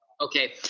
Okay